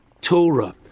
Torah